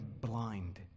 blind